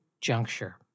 juncture